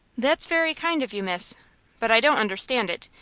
that's very kind of you, miss but i don't understand it.